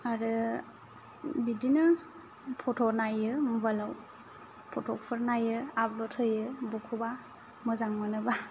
आरो बिदिनो फट' नायो मबाइल आव फट' फोर नायो आपल'द होयो बबेखौबा मोजां मोनोब्ला